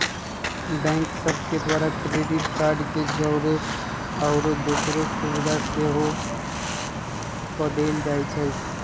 bank सभ के द्वारा क्रेडिट कार्ड के जौरे आउरो दोसरो सुभिधा सेहो पदेल जाइ छइ